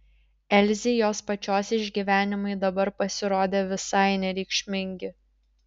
elzei jos pačios išgyvenimai dabar pasirodė visai nereikšmingi